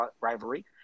rivalry